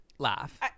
laugh